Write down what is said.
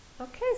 Okay